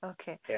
Okay